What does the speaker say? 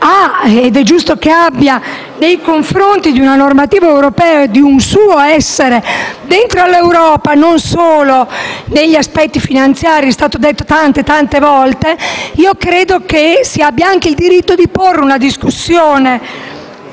(ed è giusto che abbia) nei confronti di una normativa europea e di un suo essere dentro l'Europa, e non solo per gli aspetti finanziari (è stato detto tante volte), si abbia anche il diritto di porre con forza una discussione.